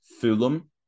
Fulham